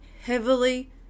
heavily